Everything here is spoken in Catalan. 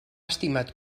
estimat